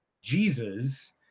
Jesus